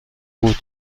بود